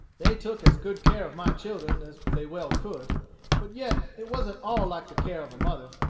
they took as good care of my children as they well could but yet it wasn't all like the care of a mother.